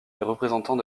représentant